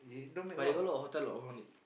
but they got a lot of hotel